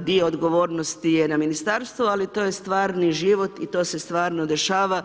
dio odgovornosti je na ministarstvu ali to je stvarni život i to se stvarno dešava.